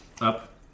up